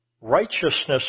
righteousness